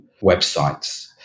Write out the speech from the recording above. websites